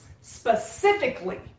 specifically